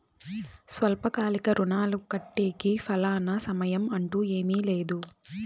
స్వల్పకాలిక రుణాలు కట్టేకి ఫలానా సమయం అంటూ ఏమీ లేదు